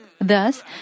Thus